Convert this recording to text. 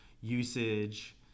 usage